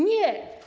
Nie.